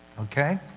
Okay